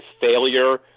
failure